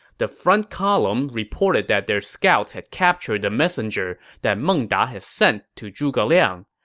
the front column reported that their scouts had captured the messenger that meng da had sent to zhuge liang.